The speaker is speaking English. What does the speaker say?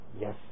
Yes